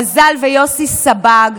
מזל ויוסי סבג,